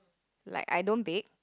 like I don't bake